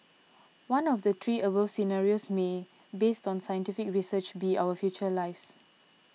one of the three above scenarios may based on scientific research be our future lives